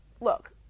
look